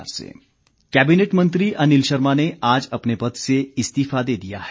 इस्तीफा कैबिनेट मंत्री अनिल शर्मा ने आज अपने पद से इस्तीफा दे दिया है